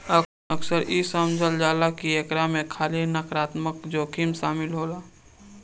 अक्सर इ समझल जाला की एकरा में खाली नकारात्मक जोखिम शामिल होला